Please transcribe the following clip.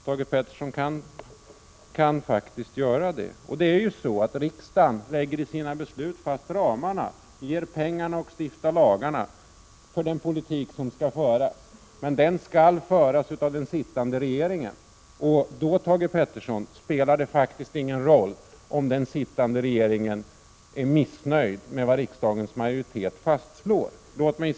Thage Peterson kan faktiskt göra någonting. Riksdagen lägger i sina beslut fast ramarna, ger pengarna och stiftar lagarna för den politik som skall föras. Men den skall föras av den sittande regeringen. Då, Thage Peterson, spelar det faktiskt ingen roll om den sittande regeringen är missnöjd med vad riksdagens majoritet fastslår.